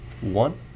one